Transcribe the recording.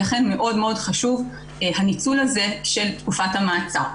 ולכן מאוד חשוב הניצול הזה של תקופת המעצר.